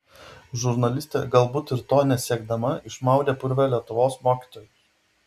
žurnalistė galbūt ir to nesiekdama išmaudė purve lietuvos mokytojus